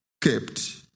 kept